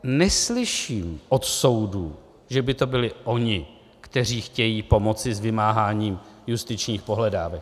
Neslyším od soudů, že by to byli oni, kteří chtějí pomoci s vymáháním justičních pohledávek.